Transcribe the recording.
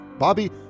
Bobby